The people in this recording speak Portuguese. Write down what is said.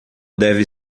deve